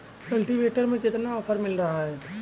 Cultivator में कितना offer मिल रहा है?